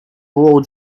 blow